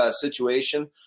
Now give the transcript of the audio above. situation